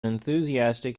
enthusiastic